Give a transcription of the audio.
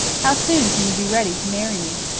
how soon can you be ready to marry me?